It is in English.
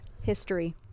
History